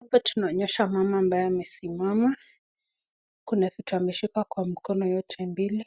Hapa tunaonyeshwa mama ambaye amesimama kuna vitu ameshika kwa mikono yake mbili,